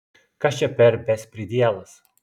kas čia per bespridielas